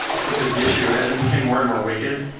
because the issue, as it became more and more wicked,